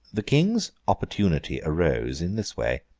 the king's opportunity arose in this way.